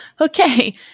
Okay